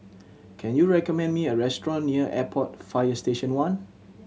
can you recommend me a restaurant near Airport Fire Station One